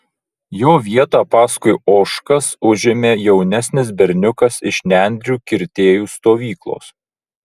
jo vietą paskui ožkas užėmė jaunesnis berniukas iš nendrių kirtėjų stovyklos